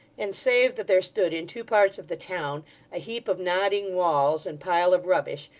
and, save that there stood in two parts of the town a heap of nodding walls and pile of rubbish,